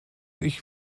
ich